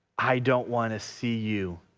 i don't want to see you